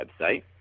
website